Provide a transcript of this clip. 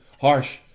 harsh